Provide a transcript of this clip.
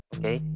Okay